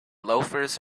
loafers